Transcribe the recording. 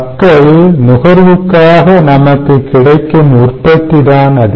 மக்கள் நுகர்வுக்காக நமக்கு கிடைக்கும் உற்பத்தி தான் அது